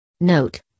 Note